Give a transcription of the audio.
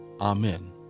Amen